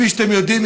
כפי שאתם יודעים,